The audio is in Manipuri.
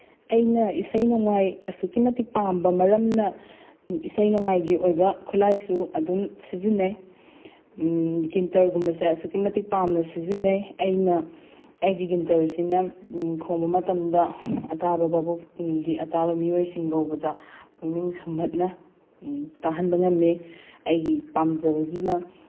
ꯑꯩꯅ ꯏꯁꯩ ꯅꯣꯡꯃꯥꯏ ꯑꯁꯨꯛꯀꯤ ꯃꯇꯤꯛ ꯄꯥꯝꯕ ꯃꯔꯝꯅ ꯏꯁꯩ ꯅꯣꯡꯃꯥꯏꯒꯤ ꯑꯣꯏꯕ ꯈꯨꯠꯂꯥꯏꯁꯨ ꯑꯗꯨꯝ ꯁꯤꯖꯤꯟꯅꯩ ꯒꯤꯇꯔꯒꯨꯝꯕꯁꯦ ꯑꯁꯨꯛꯀꯤ ꯃꯇꯤꯛ ꯄꯥꯝꯅ ꯁꯤꯖꯤꯟꯅꯩ ꯑꯩꯅ ꯑꯩꯒꯤ ꯒꯤꯇꯔꯁꯤꯅ ꯈꯣꯡꯕ ꯃꯇꯝꯗ ꯑꯇꯥꯕ ꯚꯥꯕꯣꯛ ꯒꯤ ꯑꯇꯥꯕ ꯃꯤꯑꯣꯏꯁꯤꯡ ꯐꯥꯎꯕꯗ ꯄꯨꯛꯅꯤꯡ ꯁꯨꯝꯍꯠꯅ ꯇꯥꯍꯟꯕ ꯉꯝꯃꯦ ꯑꯩꯒꯤ ꯄꯥꯝꯖꯕꯒꯤꯅ